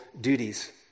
duties